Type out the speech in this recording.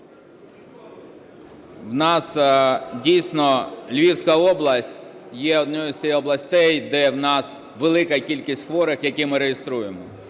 У нас, дійсно, Львівська область є однією з тих областей, де у нас велика кількість хворих, яких ми реєструємо.